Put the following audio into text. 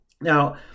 Now